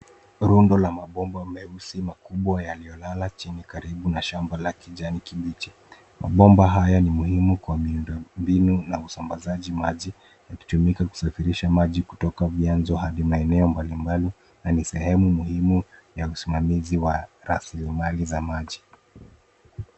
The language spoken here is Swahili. Rundo la mabomba meusi makubwa yaliyolala chini karibu na shamba la kijani kibichi, mabomba haya ni muhimu kwa miundo mbinu na usambazaji maji, yakitumika kusafirisha maji kutoka vyanzo hadi maeneo mbalimbali, na ni sehemu muhimu ya usimamizi wa rasilimali za maji.